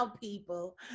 people